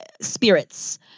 spirits